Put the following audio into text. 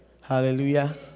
Hallelujah